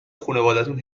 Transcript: خونوادتون